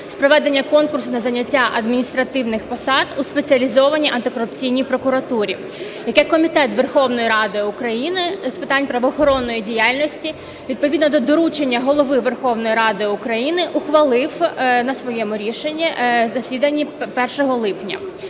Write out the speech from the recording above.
з проведення конкурсу на зайняття адміністративних посад у Спеціалізованій антикорупційній прокуратурі, яке Комітет Верховної Ради України з питань правоохоронної діяльності відповідно до доручення Голови Верховної Ради ухвалив на своєму засіданні 1 липня.